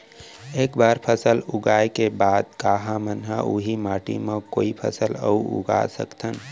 एक बार फसल उगाए के बाद का हमन ह, उही माटी मा कोई अऊ फसल उगा सकथन?